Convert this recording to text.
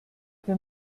wir